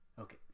Okay